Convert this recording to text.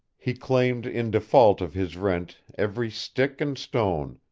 he claimed in default of his rent every stick and stone,